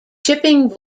shipping